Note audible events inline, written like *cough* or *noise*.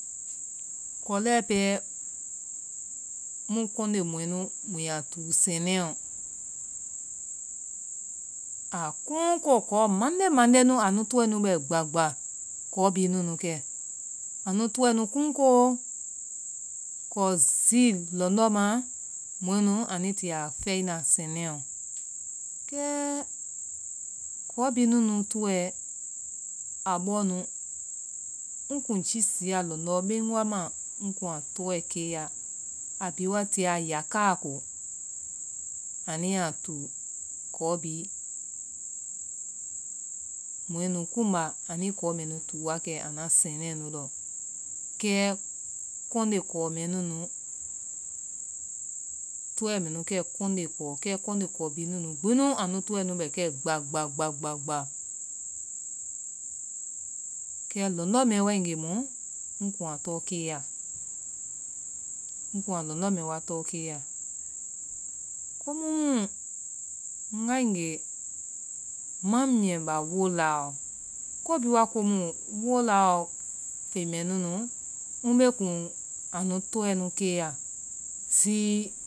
Kɔlɔɛ pɛɛ mu kɔnde mɔɛ nu mu yaa tuu sɛnɛɔ *hesitation* kunkoo, kɔɔ mande mande anu iɔɛ nu bɛ gba gba kɔɔ bihi nunu tɔɛ nu kunkooo kɔɔ zii lɔndɔ maa mɔɛ nu anui ti a fai na sɛnɛɛɔ kɛkɔɔ bihi nunu tɔɛ a bɔɔnu ŋ kun jii siiya lɔndɔɔ ben wa ma n kun a tɔɔɛ keeya a bihi wa tiya yakaa ko anuyaa tuu, kɔɔ bihi. Mɔɛ nu kuumba anui kɔɔ mɛnu tuu wa kɛ anua sɛnlele nu lɔ. Kɛ kɔnde kɔɔ mɛ nunu, tɛ mɛnu kɛ kɔnde kɔɔ kɛ kɔnde kɔɔ bihi nunu gbinu tɔɛ nu bɛ kɛ gba gba gba gba gba. Kɛ lɔndɔ mɛɛ waegee mu ŋ kun a tɔɔ keeya. Ŋ kun a lɔndɔ mɛɛ tɔɔ keeya komu mu ŋgaegee ma miɛ ba wolaa ɔ. Ko bihi wa komu, wolaa ɔ feŋ mɛɛ nunu. Mbee kun anu tɔɛ nu keeya. Zi